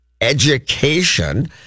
education